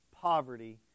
poverty